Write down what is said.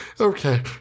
okay